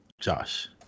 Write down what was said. Josh